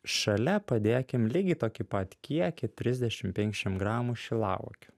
šalia padėkim lygiai tokį pat kiekį trisdešim penkiasdešim gramų šilauogių